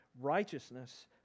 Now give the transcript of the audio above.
Righteousness